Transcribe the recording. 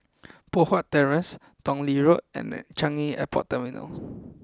Poh Huat Terrace Tong Lee Road and Changi Airport Terminal